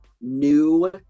new